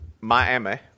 Miami